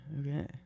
Okay